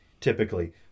typically